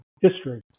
history